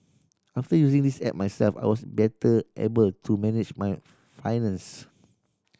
after using this app myself I was better able to manage my finance